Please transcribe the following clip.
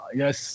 yes